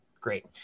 great